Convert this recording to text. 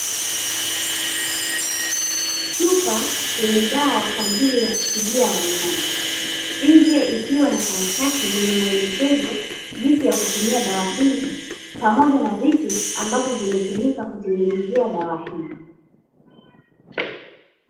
Chupa yenye dawa kwa ajili ya kutibia wanyama, nje ikiwa na karatasi yenye maelekezo jinsi ya kutumia dawa hii pamoja na vitu ambavyo vimetumika kutengenezea dawa hii.